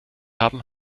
haben